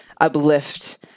uplift